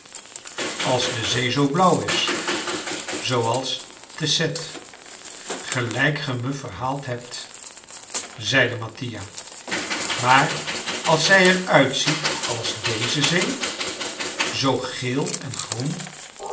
als de zee zoo blauw is zooals te cette gelijk ge me verhaald hebt zeide mattia maar als zij er uitziet als deze zee zoo geel en groen